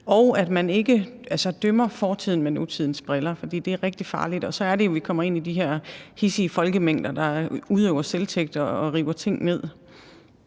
og at man ikke dømmer fortiden med nutidens briller. For det er rigtig farligt, og så er det jo, at vi kommer ind i de her hidsige folkemængder, der udøver selvtægt og river ting ned.